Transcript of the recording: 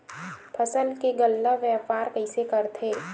फसल के गल्ला व्यापार कइसे करथे?